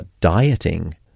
dieting